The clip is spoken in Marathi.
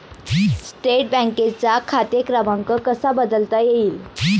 स्टेट बँकेचा खाते क्रमांक कसा बदलता येईल?